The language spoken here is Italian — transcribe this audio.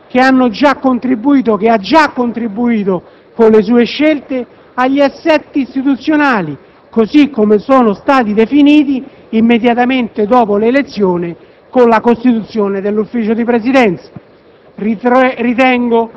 Capigruppo. Inoltre, ha già contribuito con le sue scelte agli assetti istituzionali, così come sono stati definiti immediatamente dopo l'elezione con la costituzione del Consiglio di Presidenza.